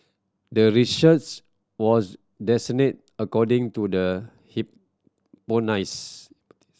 the research was according to the